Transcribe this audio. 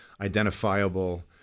identifiable